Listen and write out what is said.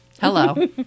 Hello